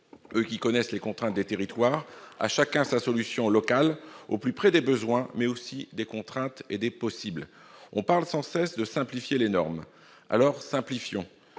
eux qui connaissent les contraintes des territoires. À chacun sa solution locale, au plus près des besoins, mais aussi des contraintes et des possibles. On parle sans cesse de simplifier les normes. Alors, simplifions